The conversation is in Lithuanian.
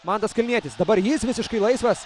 mantas kalnietis dabar jis visiškai laisvas